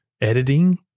editing